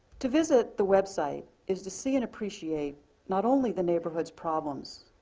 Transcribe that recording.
to visit the website is to see and appreciate not only the neighborhoods problems,